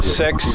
six